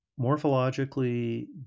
Morphologically